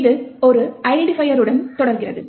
இது ஒரு ஐடென்டிபையருடன் தொடங்குகிறது